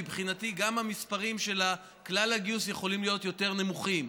מבחינתי גם המספרים של כלל הגיוס יכולים להיות יותר נמוכים.